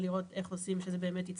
יכול להיות שזה אמור להיות דוחות כספיים,